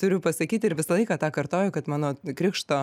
turiu pasakyti ir visą laiką tą kartoju kad mano krikšto